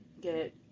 get